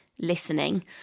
listening